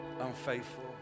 unfaithful